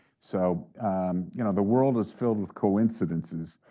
so you know the world is filled with coincidences.